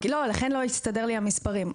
המספרים לא הסתדרו לי.